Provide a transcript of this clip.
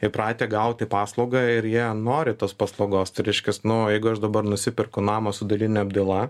įpratę gauti paslaugą ir jie nori tos paslaugos tai reiškias nu jeigu aš dabar nusipirku namą su daline apdaila